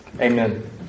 amen